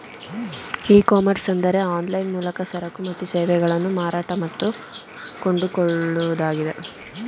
E commerce ಅಂದರೆ online ಮೂಲಕ ಸರಕು ಮತ್ತು ಸೇವೆಗಳನ್ನು ಮಾರಾಟ ಮತ್ತು ಕೊಂಡುಕೊಳ್ಳುವುದಾಗಿದೆ